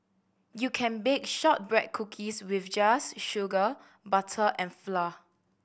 you can bake shortbread cookies with just sugar butter and flour